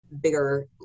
bigger